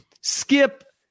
Skip